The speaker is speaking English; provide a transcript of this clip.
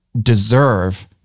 deserve